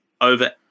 over